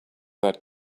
that